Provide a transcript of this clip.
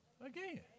again